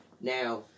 Now